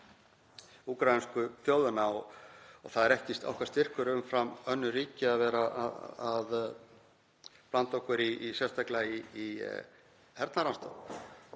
úkraínsku þjóðina. Það er ekki okkar styrkur umfram önnur ríki að vera að blanda okkur sérstaklega í hernaðaraðstoð.